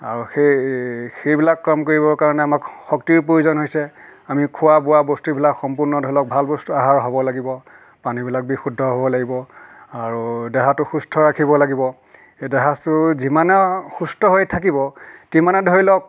আৰু সেই সেইবিলাক কাম কৰিবৰ কাৰণে আমাক শক্তিৰ প্ৰয়োজন হৈছে আমি খোৱা বোৱা বস্তুবিলাক সম্পূৰ্ণ ধৰি লওক ভাল বস্তু আহাৰ হ'ব লাগিব পানীবিলাক বিশুদ্ধ হ'ব লাগিব আৰু দেহাটো সুস্থ ৰাখিব লাগিব সেই দেহাটো যিমানে সুস্থ হৈ থাকিব সিমানে ধৰি লওক